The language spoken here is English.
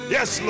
Yes